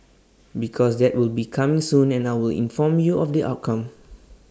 because that will be coming soon and I will inform you of the outcome